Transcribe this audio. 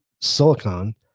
silicon